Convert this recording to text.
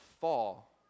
fall